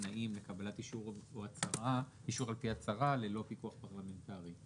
תנאים לקבלת אישור על-פי הצהרה ללא פיקוח פרלמנטרי.